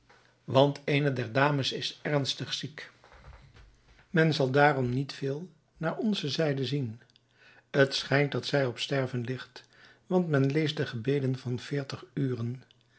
want eene der dames is ernstig ziek men zal daarom niet veel naar onze zijde zien t schijnt dat zij op sterven ligt want men leest de gebeden van veertig uren